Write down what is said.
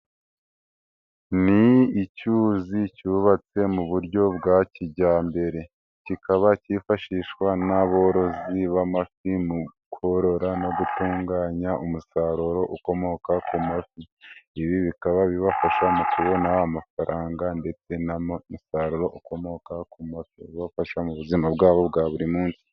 Ni icyuzi cyubatse mu buryo bwa kijyambere. Kikaba cyifashishwa n'aborozi b'amafi mu korora no gutunganya umusaruro ukomoka ku mafi. Ibi bikaba bibafasha mu kubona amafaranga ndetse n'umusaruro ukomoka ku mafi ubafasha mu buzima bwabo bwa buri munsi.